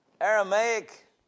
aramaic